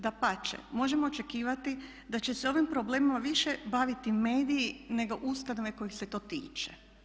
Dapače, možemo očekivati da će se ovim problemima više baviti mediji nego ustanove kojih se to tiče.